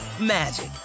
magic